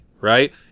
right